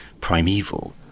primeval